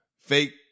fake